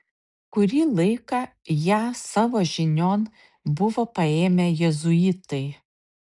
kurį laiką ją savo žinion buvo paėmę jėzuitai